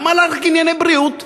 למה רק ענייני בריאות?